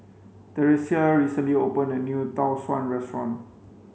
Theresia recently opened a new Tau Suan restaurant